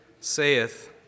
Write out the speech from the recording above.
saith